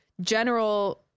general